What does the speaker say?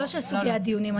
לא של סוגי הדיונים.